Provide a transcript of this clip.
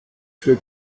für